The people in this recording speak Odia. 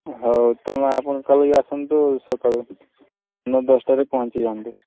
ହଉ ତୁମେ ଆପଣ କାଲି ଆସନ୍ତୁ ସକାଳେ ନହେଲେ ଦଶଟାରେ ପହଞ୍ଚି ଯାଆନ୍ତୁ